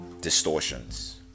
distortions